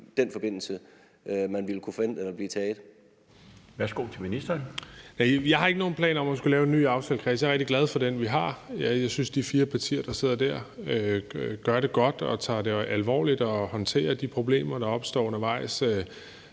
ministeren. Kl. 13:03 Udlændinge- og integrationsministeren (Kaare Dybvad Bek): Jeg har ikke nogen planer om at skulle lave en ny aftalekreds. Jeg er rigtig glad for den, vi har. Jeg synes, de fire partier, der sidder der, gør det godt, tager det alvorligt og håndterer de problemer, der opstår undervejs.